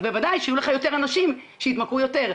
בוודאי שיהיו לך יותר אנשים שיתמכרו יותר.